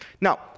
Now